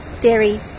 dairy